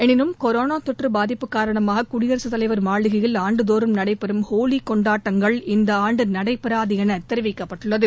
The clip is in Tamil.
எனினும் கொரோனா தொற்று பாதிப்பு காரணமாக குடியரசுத்தலைவர் மாளிகையில் ஆண்டுதோறும் நடைபெறும் ஹோலி கொண்டாட்டங்கள் இந்தாண்டு நடைபெறாது என தெரிவிக்கப்பட்டுள்ளது